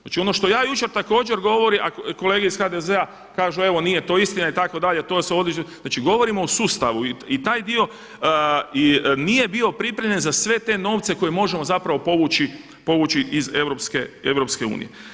Znači ono što ja jučer također govorim, a kolege iz HDZ-a kažu evo nije to istina itd. znači govorimo o sustavu i taj dio i nije bio pripremljen za sve te novce koje možemo povući iz EU.